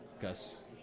Gus